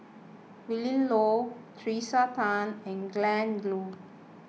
Willin Low Tracey Tan and Glen Goei